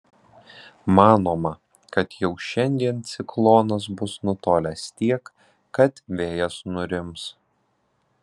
manoma kad jau šiandien ciklonas bus nutolęs tiek kad vėjas nurims